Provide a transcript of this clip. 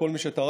לכל מי שטרח,